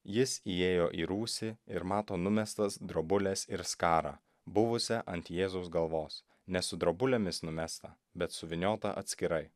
jis įėjo į rūsį ir mato numestas drobules ir skarą buvusią ant jėzaus galvos ne su drobulėmis numestą bet suvyniotą atskirai